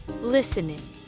Listening